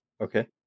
Okay